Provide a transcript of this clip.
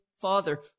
father